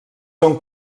són